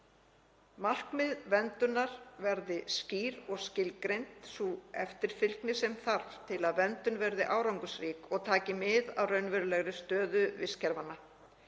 Markmið verndunar verði skýr og skilgreind sú eftirfylgni sem þarf til að verndun verði árangursrík og taki mið af raunverulegri stöðu vistkerfanna.